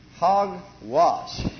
Hogwash